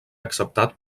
acceptat